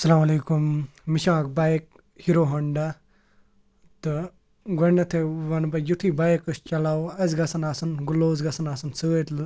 اَسلامَ علَیکُم مےٚ چھِ اَکھ بایِک ہیٖرو ہانٛڈا تہٕ گۄڈنیٚتھٕے وَنہٕ بہٕ یُتھُے بایِک أسۍ چَلاوَو اَسہِ گَژھَن آسٕنۍ گُلوٗز گَژھَن آسٕنۍ سٍتۍ